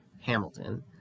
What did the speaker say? hamilton